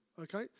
Okay